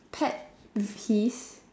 pet peeves